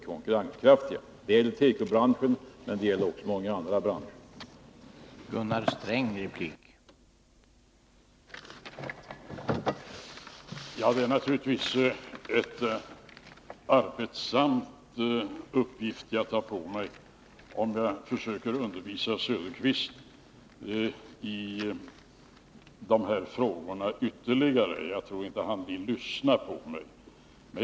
Det är naturligtvis en arbetsam uppgift jag tar på mig, om jag försöker undervisa herr Söderqvist i de här frågorna ytterligare. Jag tror inte han vill lyssna på mig.